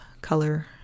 color